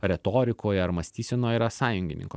retorikoje ar mąstysenoje yra sąjungininko